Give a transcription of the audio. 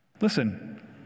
Listen